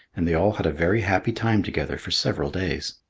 and they all had a very happy time together for several days.